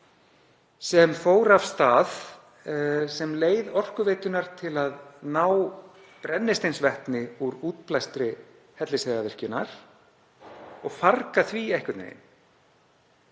sem fór af stað sem leið Orkuveitunnar til að ná brennisteinsvetni úr útblæstri Hellisheiðarvirkjunar og farga því einhvern veginn.